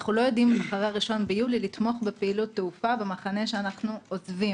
אנחנו לא יודעים לתמוך בפעילות תעופה אחרי 1 ביולי במחנה שאנחנו עוזבים.